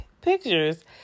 pictures